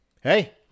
hey